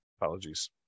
Apologies